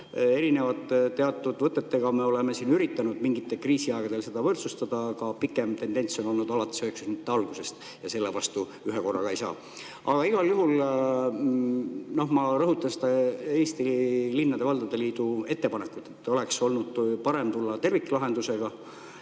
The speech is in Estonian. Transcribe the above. erinevate võtetega me oleme üritanud mingitel kriisiaegadel seda võrdsustada. See tendents on olnud alates 1990-ndate algusest, selle vastu ühekorraga ei saa. Aga igal juhul ma rõhutan seda Eesti Linnade ja Valdade Liidu ettepanekut, et oleks olnud parem tulla terviklahendusega,